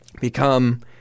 become